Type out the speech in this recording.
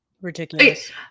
Ridiculous